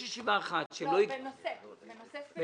לא, בנושא ספציפי.